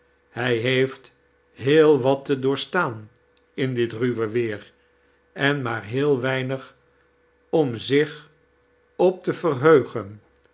hij heetft heel wat te doorstaan in dit ruwe weer en maar heel weinig om zich op te verheugen